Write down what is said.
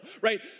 right